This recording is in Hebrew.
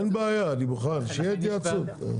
אין בעיה, אני מוכן, שיהיה התייעצות.